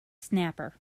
snapper